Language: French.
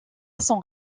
son